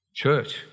Church